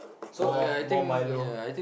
more more Milo